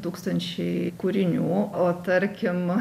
tūkstančiai kūrinių o tarkim